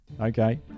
Okay